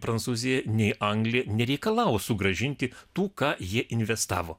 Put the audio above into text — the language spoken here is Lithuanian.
prancūzija nei anglija nereikalavo sugrąžinti tų ką jie investavo